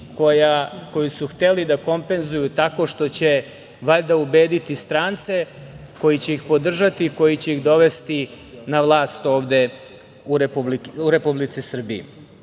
koju su hteli da kompenzuju, tako što će valjda ubediti strance koji će ih podržati i koji će ih dovesti na vlast ovde u Republici Srbiji. Ono